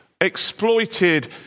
exploited